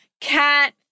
cat